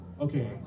Okay